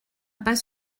pas